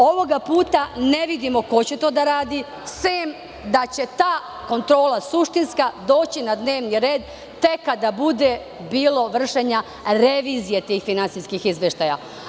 Ovoga puta ne vidimo ko će to da radi, sem da će ta suštinska kontrola doći na dnevni red tek kada bude bilo vršenja revizije tih finansijskih izveštaja.